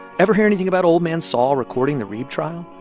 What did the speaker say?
ever hear anything about old man sol recording the reeb trial?